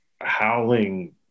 howling